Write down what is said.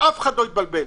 שאף אחד לא יתבלבל.